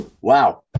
Wow